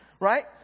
right